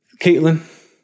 Caitlin